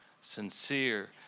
sincere